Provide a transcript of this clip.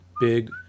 big